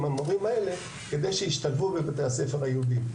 המורים האלה כדי שישתלבו בבתי הספר היהודיים.